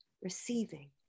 receiving